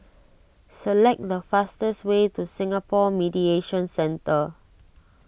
select the fastest way to Singapore Mediation Centre